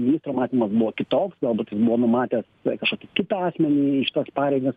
ministro matymas buvo kitoks galbūt jis buvo numatęs kažkokį kitą asmenį į šitas pareigas